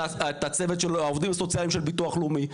את העובדים הסוציאליים של הביטוח הלאומי.